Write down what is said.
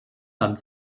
land